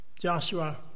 Joshua